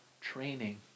training